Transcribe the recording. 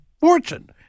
fortune